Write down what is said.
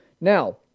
Now